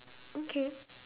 okay